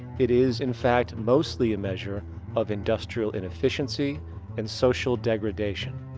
it is, in fact, mostly a measure of industrial inefficiency and social degradation.